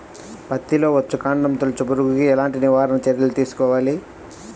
పత్తిలో వచ్చుకాండం తొలుచు పురుగుకి ఎలాంటి నివారణ చర్యలు తీసుకోవాలి?